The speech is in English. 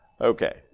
Okay